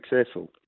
successful